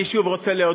אני רוצה שוב להודות